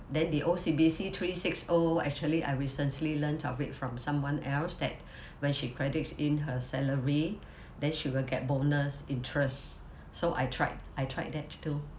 then the O_C_B_C three six O actually I recently learnt of it from someone else that when she credits in her salary then she will get bonus interest so I tried I tried that too